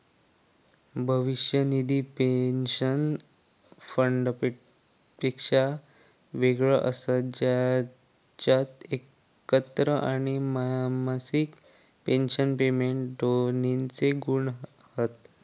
भविष्य निधी पेंशन फंडापेक्षा वेगळो असता जेच्यात एकत्र आणि मासिक पेंशन पेमेंट दोन्हिंचे गुण हत